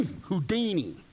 Houdini